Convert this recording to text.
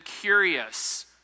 curious